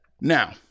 Now